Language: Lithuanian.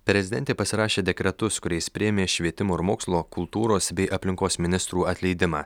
prezidentė pasirašė dekretus kuriais priėmė švietimo ir mokslo kultūros bei aplinkos ministrų atleidimą